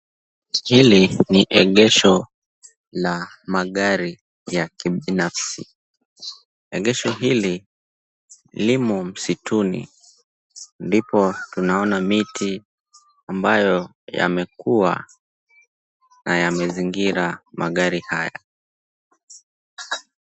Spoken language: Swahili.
Hili ni egesho la magari ya kibinafsi. Egesho hili limo msituni. Ndipo tunaona miti ambayo imekuwa na imezingira magari haya.